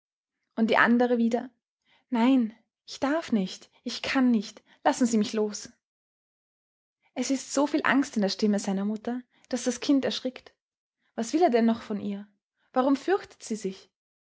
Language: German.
und die andere wieder nein ich darf nicht ich kann nicht lassen sie mich los es ist so viel angst in der stimme seiner mutter daß das kind erschrickt was will er denn noch von ihr warum fürchtet sie sich